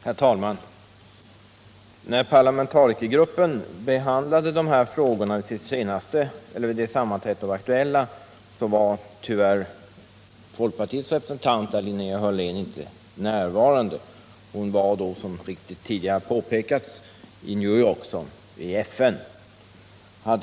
Herr talman! När parlamentarikergruppen behandlade de här frågorna vid ett sammanträde var tyvärr folkpartiets representant, Linnea Hörlén, inte närvarande. Hon var då, som tidigare så riktigt påpekats, i FN i New York.